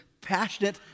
passionate